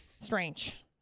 Strange